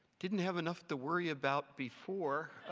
didn't have enough to worry about before,